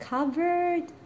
Covered